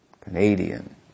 Canadian